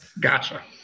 Gotcha